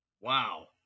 Wow